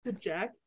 Jack